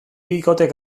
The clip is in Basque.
bikotek